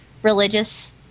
religious